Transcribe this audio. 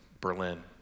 Berlin